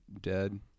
dead